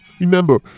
Remember